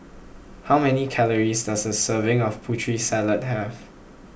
how many calories does a serving of Putri Salad have